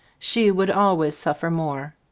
she would always suf fer more.